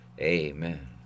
Amen